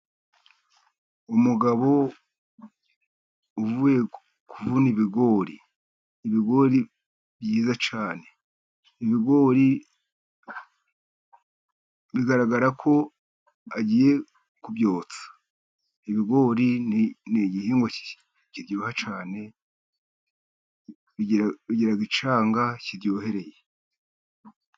Umugabo uvuye kuvuna ibigori, ibigori byiza cyane, ibigori bigaragara ko agiye kubyutsa. Ibigori n'igihingwa kiryoha cyane bigira icyanga kiryohereye.